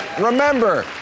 Remember